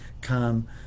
come